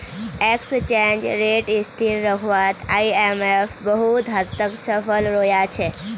exchange rate स्थिर रखवात IMF बहुत हद तक सफल रोया छे